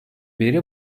beri